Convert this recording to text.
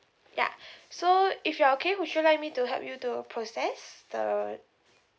ya so if you are okay would you like me to help you to process the